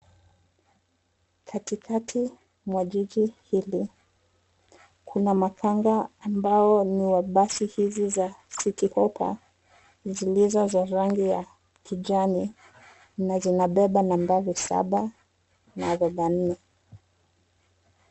Katikati mwa jiji hili, kuna makanga ambao ni wa basi hizi za Citi Hoppa zilizo za rangi ya kijani na zinabeba nambari saba na vibanio.